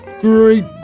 great